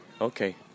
okay